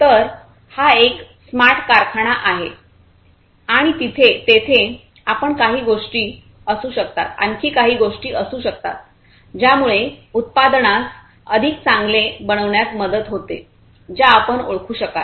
तर हा एक स्मार्ट कारखाना आहे आणि तेथे आणखी काही गोष्टी असू शकतात ज्यामुळे उत्पादनास अधिक चांगले बनविण्यात मदत होते ज्या आपण ओळखू शकाल